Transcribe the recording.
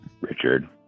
Richard